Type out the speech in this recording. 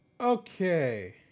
Okay